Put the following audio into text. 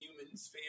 humans